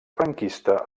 franquista